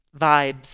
vibes